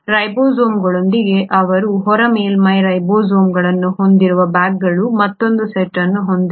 ರೈಬೋಸೋಮ್ಗಳೊಂದಿಗೆ ಅವುಗಳ ಹೊರ ಮೇಲ್ಮೈ ರೈಬೋಸೋಮ್ಗಳನ್ನು ಹೊಂದಿರದ ಬ್ಯಾಗ್ಗಳ ಮತ್ತೊಂದು ಸೆಟ್ ಅನ್ನು ಹೊಂದಿದೆ